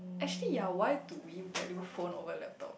actually ya why do we value phone over laptop